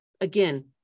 again